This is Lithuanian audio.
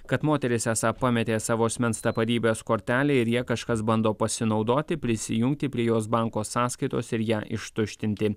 kad moteris esą pametė savo asmens tapatybės kortelę ir ja kažkas bando pasinaudoti prisijungti prie jos banko sąskaitos ir ją ištuštinti